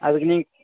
அதுக்கு நீங்கள்